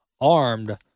armed